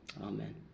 amen